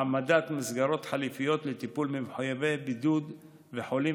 העמדת מסגרות חליפיות לטיפול במחויבי בידוד וחולים